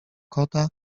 kota